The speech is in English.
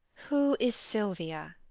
who is silvia?